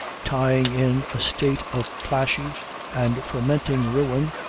tying in a state of plashy and fermenting ruin,